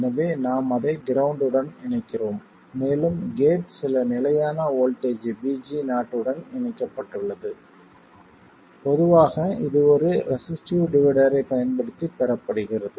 எனவே நாம் அதை கிரவுண்ட் உடன் இணைக்கிறோம் மேலும் கேட் சில நிலையான வோல்ட்டேஜ் VG0 உடன் இணைக்கப்பட்டுள்ளது பொதுவாக இது ஒரு ரெசிஸ்டிவ் டிவைடர் ஐப் பயன்படுத்தி பெறப்படுகிறது